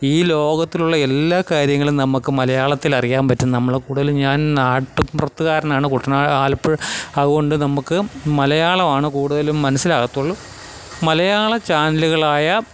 ഈ ലോകത്തിലുള്ള എല്ലാ കാര്യങ്ങളും നമുക്ക് മലയാളത്തിലറിയാൻ പറ്റും നമ്മൾ കൂടുതലും ഞാൻ നാട്ടിൻപുറത്തുകാരനാണ് കുട്ടനാട് ആലപ്പുഴ അതുകൊണ്ട് നമുക്ക് മലയാളമാണ് കൂടുതലും മനസ്സിലാകത്തുള്ളു മലയാള ചാനലുകളായ